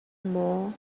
maw